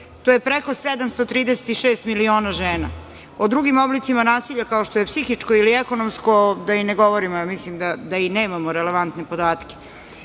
To je preko 736 miliona žena. O drugim oblicima nasilja, kao što je psihičko ili ekonomsko, da i ne govorimo, jer mislim da i nemamo relevantne podatke. Da